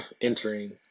entering